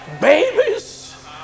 babies